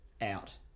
out